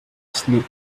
sleep